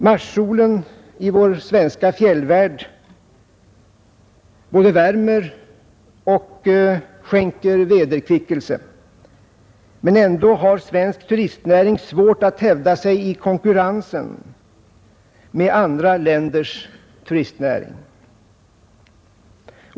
Marssolen i vår svenska fjällvärld både värmer och skänker vederkvickelse, men ändå har svensk turistnäring svårt att hävda sig i konkurrensen med andra länders turistnäring.